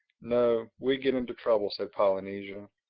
no. we'd get into trouble, said polynesia.